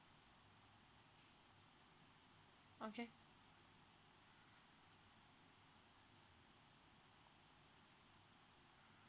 okay